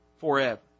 forever